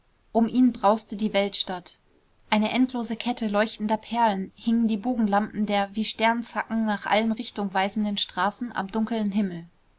um ihn brauste die weltstadt eine endlose kette leuchtender perlen hingen die bogenlampen der wie sternzacken nach allen richtungen weisenden straßen am dunklen himmel